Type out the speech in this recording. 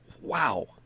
wow